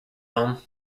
home